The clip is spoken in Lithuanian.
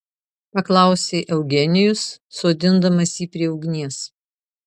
paklausė eugenijus sodindamas jį prie ugnies